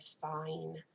fine